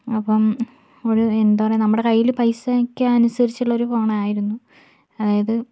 അപ്പം ഫുൾ എന്താ പറയുക നമ്മുടെ കയ്യിൽ പൈസയ്ക്കനുസരിച്ചുള്ള ഒരു ഫോണായിരുന്നു അതായത്